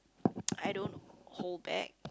I don't hold back